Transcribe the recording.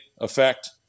effect